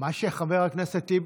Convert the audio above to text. מה שחבר הכנסת טיבי,